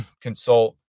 consult